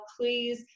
Please